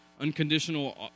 unconditional